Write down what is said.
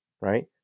right